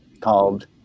called